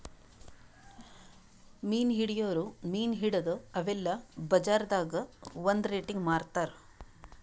ಮೀನ್ ಹಿಡಿಯೋರ್ ಮೀನ್ ಹಿಡದು ಅವೆಲ್ಲ ಬಜಾರ್ದಾಗ್ ಒಂದ್ ರೇಟಿಗಿ ಮಾರ್ತಾರ್